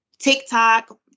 TikTok